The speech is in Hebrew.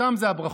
שם זה הברכות.